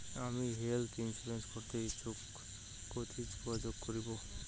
আমি health insurance করতে ইচ্ছুক কথসি যোগাযোগ করবো?